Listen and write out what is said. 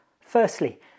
Firstly